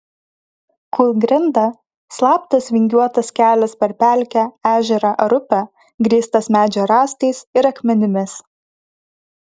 kūlgrinda slaptas vingiuotas kelias per pelkę ežerą ar upę grįstas medžio rąstais ir akmenimis